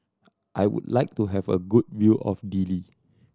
I would like to have a good view of Dili